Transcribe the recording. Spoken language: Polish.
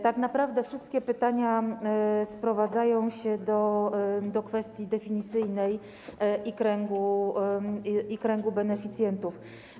Tak naprawdę wszystkie pytania sprowadzają się do kwestii definicyjnej i kręgu beneficjentów.